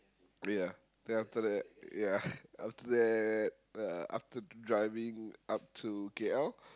ya then after that ya after that uh after driving up to K_L